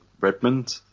Redmond